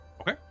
Okay